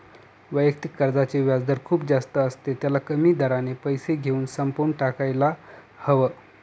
वैयक्तिक कर्जाचे व्याजदर खूप जास्त असते, त्याला कमी दराने पैसे घेऊन संपवून टाकायला हव